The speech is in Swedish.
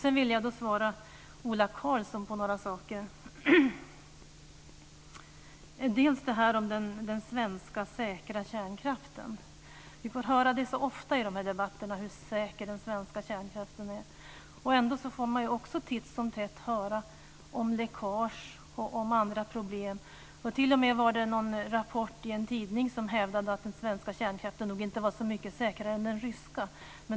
Sedan vill jag svara Ola Karlsson på några saker. Det gäller dels det här med den säkra svenska kärnkraften. Vi får så ofta höra i de här debatterna hur säker den svenska kärnkraften är. Ändå får man också titt som tätt höra om läckage och andra problem. Det var t.o.m. en rapport i en tidning som hävdade att den svenska kärnkraften nog inte var så mycket säkrare än den ryska.